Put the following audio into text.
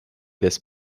this